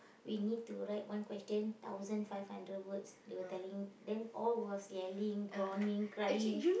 we need to write one question thousand five hundred words they were telling then all was yelling groaning crying